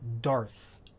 Darth